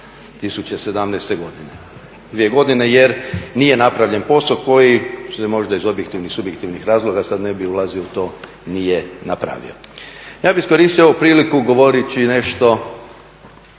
2017. godine. Dvije godine jer nije napravljen posao koji se možda iz objektivnih, subjektivnih razloga, sada ne bih ulazio u to nije napravio. Ja bih iskoristio ovu priliku govoreći nešto